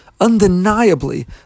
Undeniably